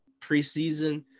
preseason